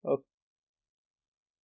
o~